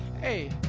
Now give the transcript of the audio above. Hey